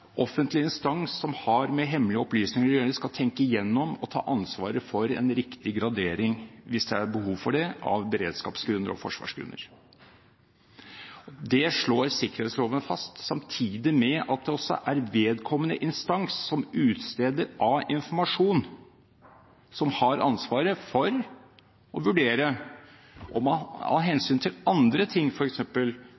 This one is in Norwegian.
offentlig instans som har med hemmelige opplysninger å gjøre, skal tenke gjennom og ta ansvaret for en riktig gradering, hvis det er behov for det, av beredskapsgrunner og forsvarsgrunner. Det slår sikkerhetsloven fast, samtidig med at det også er vedkommende instans, som utsteder av informasjon, som har ansvaret for å vurdere om man av